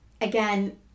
again